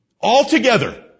altogether